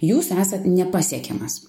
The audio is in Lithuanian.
jūs esat nepasiekiamas